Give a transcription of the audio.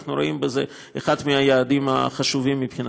אנחנו רואים בזה אחד מהיעדים החשובים מבחינתנו.